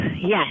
yes